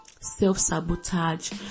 self-sabotage